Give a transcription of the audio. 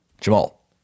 Jamal